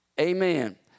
Amen